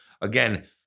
again